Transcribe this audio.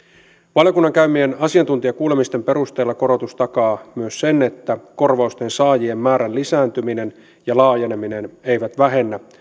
valiokunnan käymien asiantuntijakuulemisten perusteella korotus takaa myös sen että korvausten saajien määrän lisääntyminen ja laajeneminen eivät vähennä